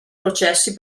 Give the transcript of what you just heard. processi